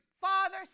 Father